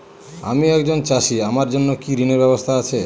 আমি একজন চাষী আমার জন্য কি ঋণের ব্যবস্থা আছে?